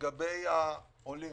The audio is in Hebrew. לגבי העולים,